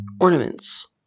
ornaments